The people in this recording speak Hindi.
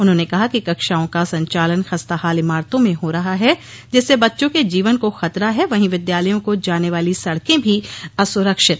उन्होंने कहा कि कक्षाओं का संचालन खस्ताहाल इमारतों में हो रहा है जिससे बच्चों के जीवन को खतरा है वहीं विद्यालयों को जाने वाली सडकें भी असुरक्षित हैं